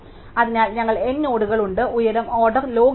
അതിനാൽ ഞങ്ങൾക്ക് n നോഡുകൾ ഉണ്ട് ഉയരം ഓർഡർ ലോഗ് n ആണ്